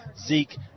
Zeke